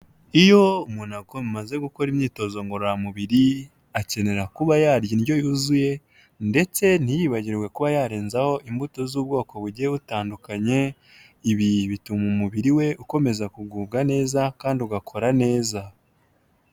Iyo umuntu agomba amaze gukora imyitozo ngororamubiri, akenera kuba yarya indyo yuzuye ndetse ntiyibagirwe kuba yarenzaho imbuto z'ubwoko bugiye butandukanye, ibi bituma umubiri we ukomeza kugubwa neza kandi ugakora neza.